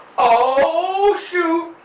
oh, shoot!